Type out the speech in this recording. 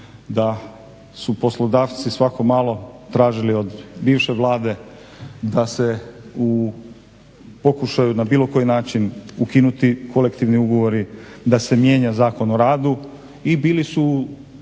da su poslodavci svako malo tražili od bivše vlade da se pokušaju na bilo koji način ukinuti kolektivni ugovori, da se mijenja Zakon o radu i bili su